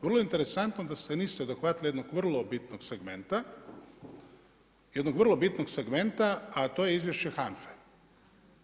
Vrlo interesantno da se niste dohvatili jednog vrlo bitnog segmenta, jednog vrlo bitnog segmenta, a to je izvješće HANFA-e.